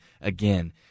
again